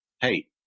hey